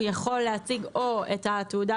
הוא יכול להציג או את התעודה